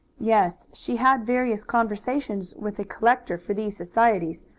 yes, she had various conversations with a collector for these societies,